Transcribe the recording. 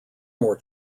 more